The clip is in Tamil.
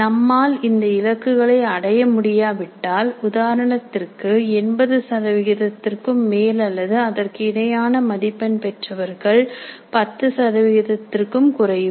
நம்மால் இந்த இலக்குகளை அடைய முடியாவிட்டால் உதாரணத்திற்கு 80 சதவிகிதத்திற்கும் மேல் அல்லது அதற்கு இணையான மதிப்பெண் பெற்றவர்கள் 10 சதவீதத்திற்கும் குறைவு